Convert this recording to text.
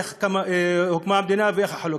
איך הוקמה המדינה ואיך החלוקה.